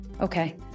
Okay